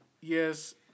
yes